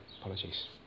Apologies